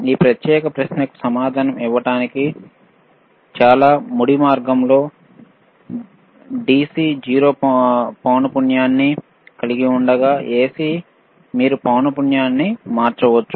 ఈ ప్రత్యేక ప్రశ్నకు సమాధానం ఇవ్వడానికి చాలా ముడి మార్గంలో DC 0 పౌనపున్యాన్నికలిగి ఉండగా AC లో మీరు పౌనపున్యాన్ని మార్చవచ్చు